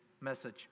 message